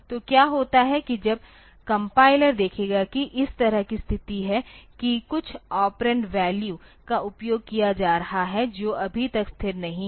तो क्या होता है कि जब कंपाइलर देखेगा कि इस तरह की स्थिति है कि कुछ ऑपरेंड वैल्यू का उपयोग किया जा रहा है जो अभी तक स्थिर नहीं है